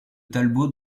talbot